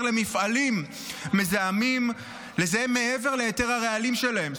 למפעלים מזהמים לזהם מעבר להיתר הרעלים שלהם.